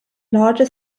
larger